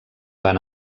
van